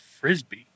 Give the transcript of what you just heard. frisbee